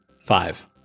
Five